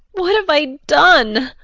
what have i done!